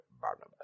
Barnabas